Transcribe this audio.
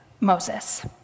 Moses